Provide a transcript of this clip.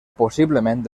possiblement